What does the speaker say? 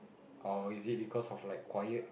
or is it because of like quiet